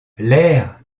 l’air